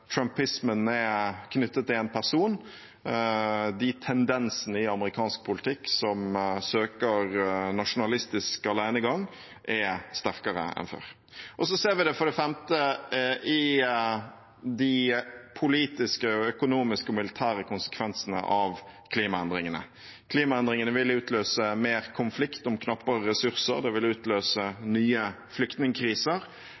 er knyttet til én person. De tendensene i amerikansk politikk som søker nasjonalistisk alenegang, er sterkere enn før. Og for det femte ser vi det i de politiske, økonomiske og militære konsekvensene av klimaendringene. Klimaendringene vil utløse mer konflikt om knappere ressurser, de vil utløse nye flyktningkriser og med det